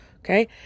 Okay